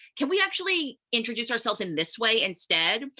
can we actually introduce ourselves in this way instead?